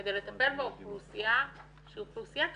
כדי לטפל באוכלוסייה שהיא אוכלוסייה קשה.